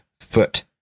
foot